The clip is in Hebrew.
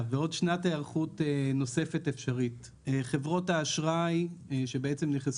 מחדד שמלבד הסעיפים הספציפיים שבהם נקבע